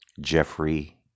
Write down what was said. Jeffrey